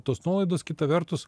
tos nuolaidos kita vertus